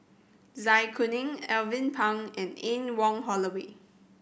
Zai Kuning Alvin Pang and Anne Wong Holloway